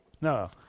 No